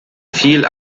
viel